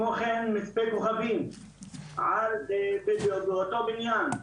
בנוסף מצפה כוכבים באותו בניין,